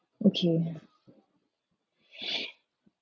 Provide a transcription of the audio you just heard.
okay